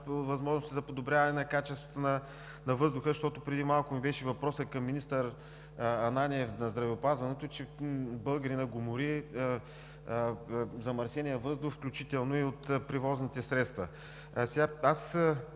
възможностите за подобряване на качеството на въздуха. Преди малко беше въпросът ми към министър Ананиев на здравеопазването, че българина го мори замърсеният въздух, включително и от превозните средства.